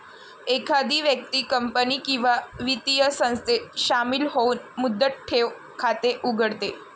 एखादी व्यक्ती कंपनी किंवा वित्तीय संस्थेत शामिल होऊन मुदत ठेव खाते उघडते